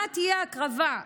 מה תהיה ההקרבה,